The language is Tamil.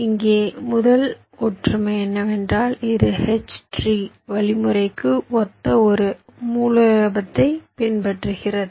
இங்கே முதல் ஒற்றுமை என்னவென்றால் இது H ட்ரீ வழிமுறைக்கு ஒத்த ஒரு மூலோபாயத்தைப் பின்பற்றுகிறது